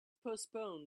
postpone